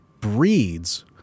breeds